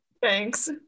Thanks